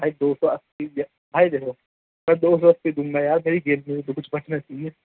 بھائی دو سو اسّی بھائی دیکھو میں دو سو اسّی دوں گا یار میری جیب میں بھی تو کچھ بچنا چاہیے